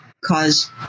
cause